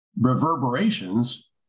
reverberations